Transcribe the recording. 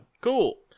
Cool